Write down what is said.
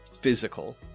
physical